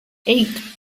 eight